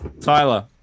Tyler